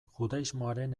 judaismoaren